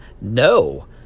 No